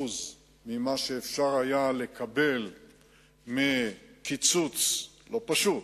10% ממה שאפשר היה לקבל מקיצוץ לא פשוט,